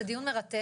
זה דיון מרתק.